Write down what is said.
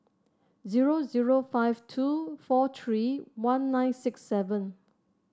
zero zero five two four three one nine six seven